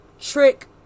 Trick